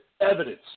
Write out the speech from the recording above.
evidence